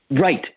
Right